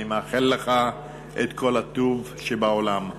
אני מאחל לך את כל הטוב שבעולם.